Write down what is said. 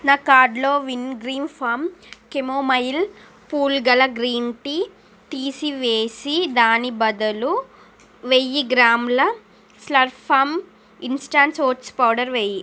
నా కార్టులో Vingreen Farm chamomile పూలు గల గ్రీన్ టీ తీసివేసి దానికి బదులు వెయ్యి గ్రాముల Slurrp Farm instant oats powder వేయి